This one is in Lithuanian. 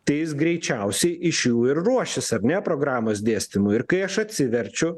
tai jis greičiausiai iš jų ir ruošis ar ne programos dėstymui ir kai aš atsiverčiu